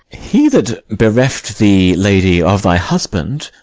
he that bereft thee, lady, of thy husband,